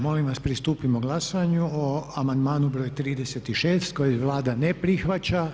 Molim vas pristupimo glasovanju o amandmanu br. 36 koji Vlada ne prihvaća.